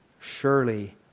surely